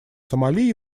сомали